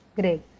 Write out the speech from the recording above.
Great